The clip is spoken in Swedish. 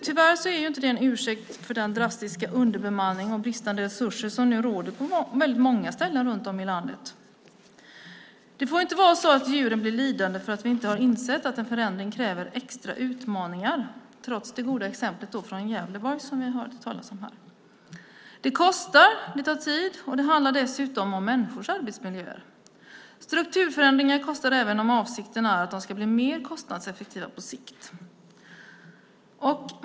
Tyvärr är det inte någon ursäkt för den drastiska underbemanningen och de bristande resurserna nu på väldigt många ställen runt om i landet. Det får inte vara så att djuren blir lidande därför att vi inte insett att en förändring kräver extra utmaningar - detta trots det goda exemplet från Gävleborg som vi här hörde talas om. Det kostar. Det tar tid. Dessutom handlar det om människors arbetsmiljöer. Strukturförändringar kostar även om avsikten är att det på sikt ska bli mer kostnadseffektivt.